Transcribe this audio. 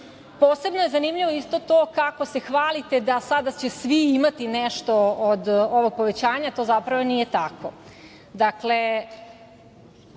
trošak. Posebno je zanimljivo isto to kako se hvalite da sada će svi imati nešto od ovog povećanja. To zapravo nije